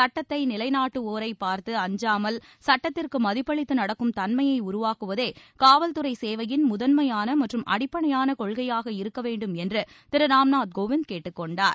சட்டத்தை நிலைநாட்டுவோரை பார்த்து அஞ்சாமல் சுட்டத்திற்கு மதிப்பளித்து நடக்கும் தன்மயை உருவாக்குவதே காவல்துறை சேவையின் முதன்மயான மற்றும் அடிப்படையான கொள்கையாக இருக்க வேண்டும் என்று திரு ராம் நாத் கோவிந்த் கேட்டுக்கொண்டார்